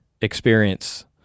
experience